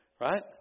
Right